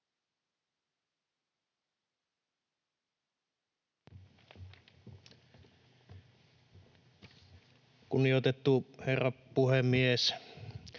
Kunnioitettu herra puhemies!